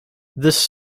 this